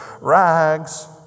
Rags